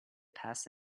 pass